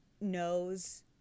Knows